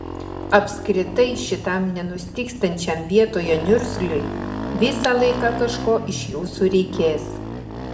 apskritai šitam nenustygstančiam vietoje niurzgliui visą laiką kažko iš jūsų reikės